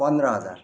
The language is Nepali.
पन्ध्र हजार